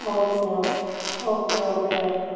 okay okay okay okay okay